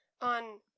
on